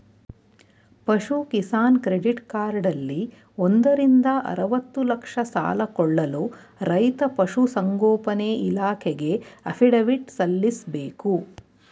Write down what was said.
ಪಶು ಕಿಸಾನ್ ಕ್ರೆಡಿಟ್ ಕಾರ್ಡಲ್ಲಿ ಒಂದರಿಂದ ಅರ್ವತ್ತು ಲಕ್ಷ ಸಾಲ ಕೊಳ್ಳಲು ರೈತ ಪಶುಸಂಗೋಪನೆ ಇಲಾಖೆಗೆ ಅಫಿಡವಿಟ್ ಸಲ್ಲಿಸ್ಬೇಕು